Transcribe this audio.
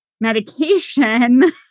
medication